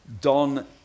Don